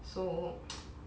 so